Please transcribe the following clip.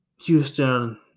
Houston